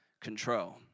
control